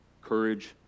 Courage